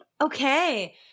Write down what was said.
Okay